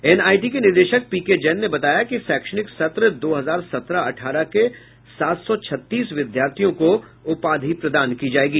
NIT के निदेशक PK Jain ने बताया कि शैक्षणिक सत्र दो हजार सत्रह अठारह के सात सौ छत्तीस विद्यार्थियों को उपाधि प्रदान की जायेगी